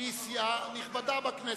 שהיא נכבדה בכנסת,